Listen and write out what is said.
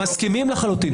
אנחנו מסכימים לחלוטין.